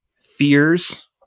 Fears